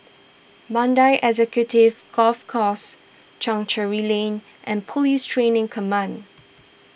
Mandai Executive Golf Course Chancery Lane and Police Training Command